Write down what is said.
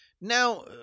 Now